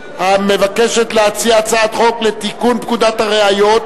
המבקשת להציע הצעת חוק לתיקון פקודת הראיות